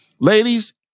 ladies